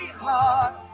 heart